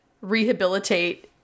rehabilitate